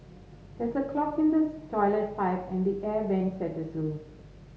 there's a clog in the toilet pipe and the air vents at the zoo